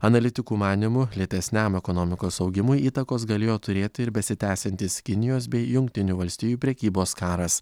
analitikų manymu lėtesniam ekonomikos augimui įtakos galėjo turėti ir besitęsiantis kinijos bei jungtinių valstijų prekybos karas